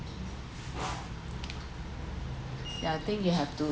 yeah I think you have to